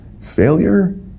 Failure